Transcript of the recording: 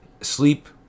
Sleep